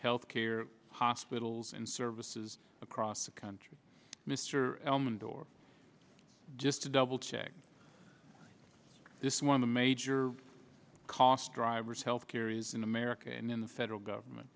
care hospitals and services across the country mr elmendorf just to double check this one of the major cost drivers health care is in america and then the federal government